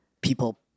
people